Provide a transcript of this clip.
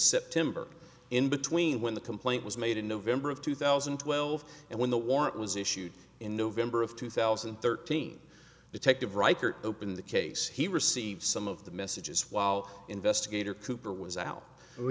september in between when the complaint was made in november of two thousand and twelve and when the warrant was issued in november of two thousand and thirteen detective reichert open the case he received some of the messages while investigator cooper was out or